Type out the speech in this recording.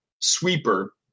sweeper